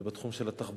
זה בתחום של התחבורה.